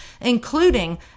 including